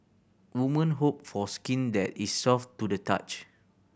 women hope for skin that is soft to the touch